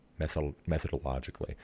methodologically